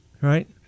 Right